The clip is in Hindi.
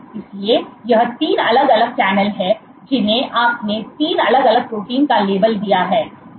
इसलिए यह 3 अलग अलग चैनल हैं जिन्हें आपने 3 अलग अलग प्रोटीन का लेबल दीया है